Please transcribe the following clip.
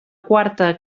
quarta